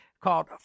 called